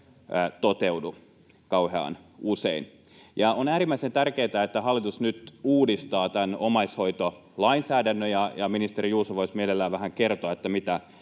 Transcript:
toteudu kauhean usein. On äärimmäisen tärkeätä, että hallitus nyt uudistaa tämän omaishoitolainsäädännön, ja ministeri Juuso voisi mielellään vähän kertoa, mitä